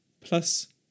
plus